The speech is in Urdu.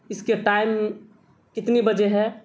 اس کے ٹائم کتنے بجے ہے